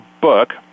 book